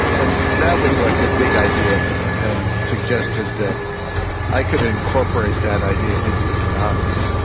and that was like a big idea for me, and suggested that i could incorporate that idea into economics.